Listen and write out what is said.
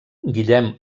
guillem